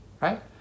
Right